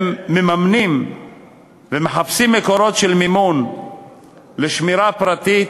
הם מממנים ומחפשים מקורות למימון שמירה פרטית,